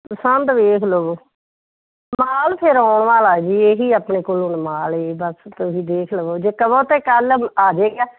ਪਸੰਦ ਵੇਖ ਲਵੋ ਮਾਲ ਫਿਰ ਆਉਣ ਵਾਲਾ ਜੀ ਇਹ ਹੀ ਆਪਣੇ ਕੋਲ ਮਾਲ ਹੈ ਬਸ ਤੁਸੀਂ ਦੇਖ ਲਵੋ ਜੇ ਕਹੋ ਤਾਂ ਕੱਲ੍ਹ ਆ ਜਾਏਗਾ